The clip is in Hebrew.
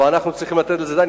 ואנחנו צריכים לתת את הדעת.